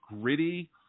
gritty